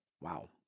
Wow